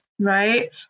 Right